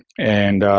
and